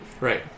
Right